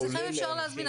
כולל --- אצלכם אפשר להבין.